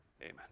Amen